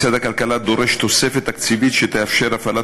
משרד הכלכלה דורש תוספת תקציבית שתאפשר הפעלת